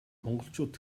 монголчууд